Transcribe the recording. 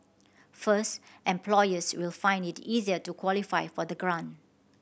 first employers will find it easier to qualify for the grant